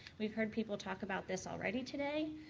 we heard people talk about this already today,